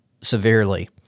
severely